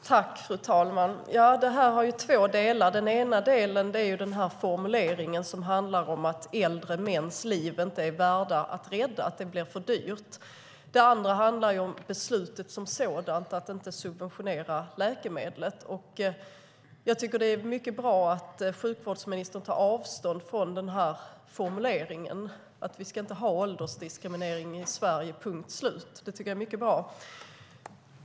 Fru talman! Detta har två delar. Den ena delen är formuleringen som handlar om att äldre mäns liv inte är värda att rädda. Det blir för dyrt. Den andra handlar om beslutet som sådant, alltså att inte subventionera läkemedlet. Jag tycker att det är mycket bra att sjukvårdsministern tar avstånd från denna formulering och att vi inte ska ha åldersdiskriminering i Sverige. Det är mycket bra.